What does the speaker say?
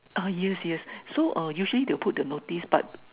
uh yes yes so uh usually they would put the notice but